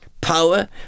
power